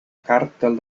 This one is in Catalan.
càrtel